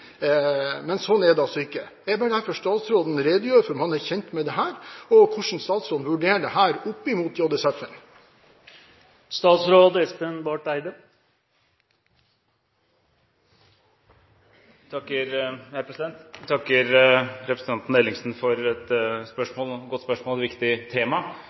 Men slik er det altså ikke. Jeg ber derfor statsråden redegjøre for om han er kjent med dette, og hvordan statsråden vurderer dette opp mot JSF. Jeg takker representanten Ellingsen for et godt spørsmål om et viktig tema.